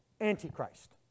Antichrist